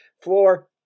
floor